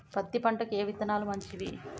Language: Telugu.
పత్తి పంటకి ఏ విత్తనాలు మంచివి?